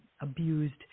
abused